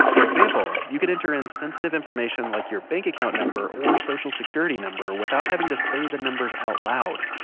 for example, you could enter in sensitive information like your bank account number or social security number without having to say the numbers out loud.